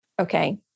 Okay